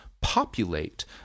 populate